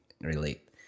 relate